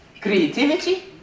creativity